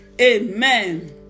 amen